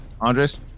Andres